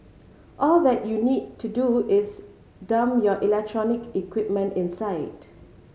all that you need to do is dump your electronic equipment inside